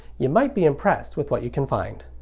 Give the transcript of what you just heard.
you might be impressed with what you can find.